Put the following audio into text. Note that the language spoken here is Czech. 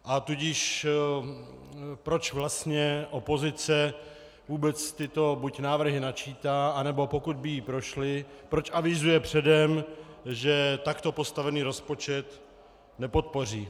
A tudíž proč vlastně opozice vůbec buď tyto návrhy načítá, anebo pokud by jí prošly, proč avizuje předem, že takto postavený rozpočet nepodpoří.